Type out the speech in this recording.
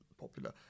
popular